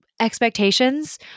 expectations